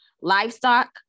Livestock